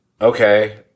okay